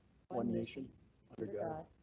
one nation under god,